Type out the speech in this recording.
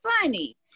funny